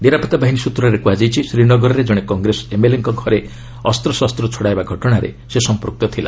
ନିରାପତ୍ତା ବାହିନୀ ସ୍ନତ୍ରରୁ କୁହାଯାଇଛି ଶ୍ରୀନଗରରେ ଜଣେ କଂଗ୍ରେସ ଏମ୍ଏଲ୍ଏଙ୍କ ଘରେ ଅସ୍ତ୍ରଶସ୍ତ ଛଡ଼ାଇବା ଘଟଣାରେ ସେ ସମ୍ପୃକ୍ତ ଥିଲା